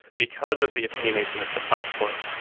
because of the opinionation of the platform,